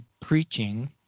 preaching